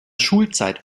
schulzeit